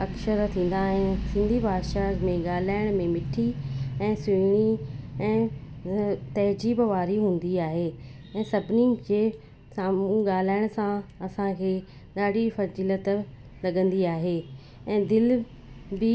अक्षर थींदा आहिनि सिंधी भाषा में ॻाल्हाइण में मीठी ऐं सुहिणी ऐं तहज़ीब वारी हूंदी आहे ऐं सभिनीनि खे साम्हूं ॻाल्हाइण सां असांखे ॾाढी फ़ज़ीलत लॻंदी आहे ऐं दिलि बि